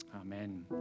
amen